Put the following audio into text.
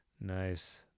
nice